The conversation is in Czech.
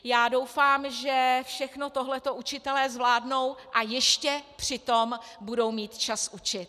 Já doufám, že všechno tohleto učitelé zvládnou a ještě přitom budou mít čas učit.